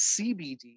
CBD